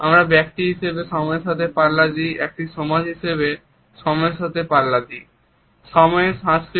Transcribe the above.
আমরা ব্যক্তি হিসাবে সময়ের সাথে পাল্লয়েইদেই